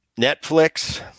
Netflix